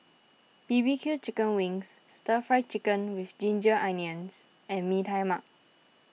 B B Q Chicken Wings Stir Fry Chicken with Ginger Onions and Mee Tai Mak